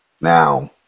now